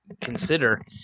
consider